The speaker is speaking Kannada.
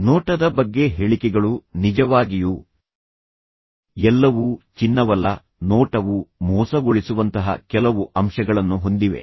ನೋಟದ ಬಗ್ಗೆ ಹೇಳಿಕೆಗಳು ನಿಜವಾಗಿಯೂ ಎಲ್ಲವೂ ಚಿನ್ನವಲ್ಲ ನೋಟವು ಮೋಸಗೊಳಿಸುವಂತಹ ಕೆಲವು ಅಂಶಗಳನ್ನು ಹೊಂದಿವೆ